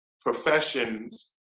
professions